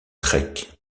trek